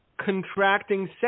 contracting